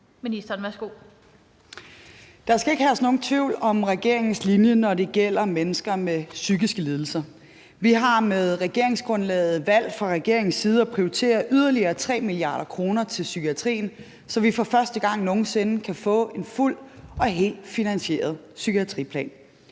(Sophie Løhde): Der skal ikke herske nogen tvivl om regeringens linje, når det gælder mennesker med psykiske lidelser. Vi har med regeringsgrundlaget fra regeringens side valgt at prioritere yderligere 3 mia. kr. til psykiatrien, så vi for første gang nogen sinde kan få en fuldt og helt finansieret psykiatriplan.